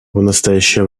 настоящее